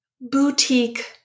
boutique